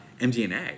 MDNA